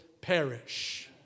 perish